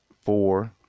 four